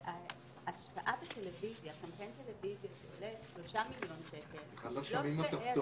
לעשות שימוש בכלי שב"כ, שזה כלי שלא בנוי